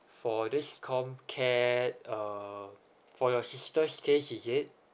for this comcare um for your sister's case is it